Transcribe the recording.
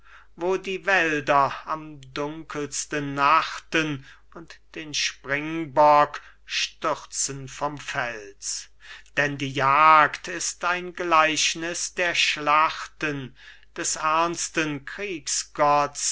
wo die wälder am dunkelsten nachten und den springbock stürzen vom fels denn die jagd ist ein gleichniß der schlachten des ernsten